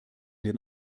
den